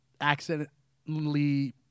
accidentally